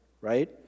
right